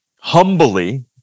Humbly